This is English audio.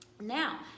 Now